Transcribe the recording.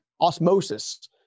osmosis